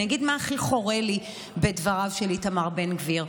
אני אגיד מה הכי חורה לי בדבריו של איתמר בן גביר.